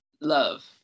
love